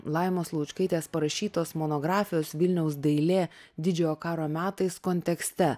laimos laučkaitės parašytos monografijos vilniaus dailė didžiojo karo metais kontekste